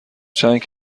چند